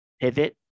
pivot